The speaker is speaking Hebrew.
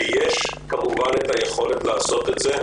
ויש כמובן את היכולת לעשות את זה.